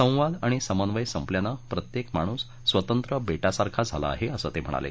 संवाद आणि समन्वय संपल्यानं प्रत्येक माणूस स्वतंत्र बे िसारखा झाला आहे असं ते म्हणाले